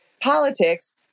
politics